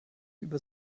über